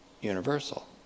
Universal